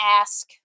ask